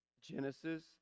Genesis